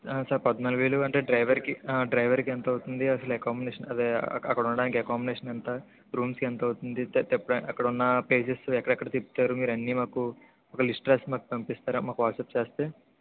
sir పద్నాలుగు వేలు అంటే డ్రైవర్కి డ్రైవర్కి ఎంత అవుతుంది అసలు ఎకామిడేషన్ అదే అక్కడ ఉండడానికి ఎకామిడేషన్ ఎంత రూమ్కి ఎంతవుతుంది తిప్పడానికి అక్కడున్నప్లేసెస్ ఎక్కడెక్కడ తిప్పుతారు మీరన్ని మాకు ఒక లిస్ట్ రాసి మాకు పంపిస్తారా మాకు వాట్స్అప్ చేస్తే